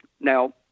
now